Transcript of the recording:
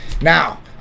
Now